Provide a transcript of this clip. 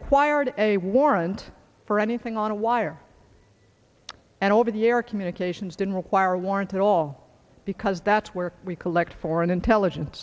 required a warrant for anything on a wire and over the air communications didn't require warrants at all because that's where we collect foreign intelligence